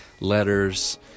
letters